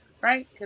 Right